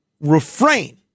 refrain